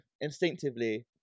instinctively